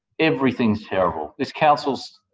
everything is terrible. this council,